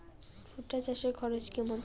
ভুট্টা চাষে খরচ কেমন?